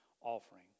offering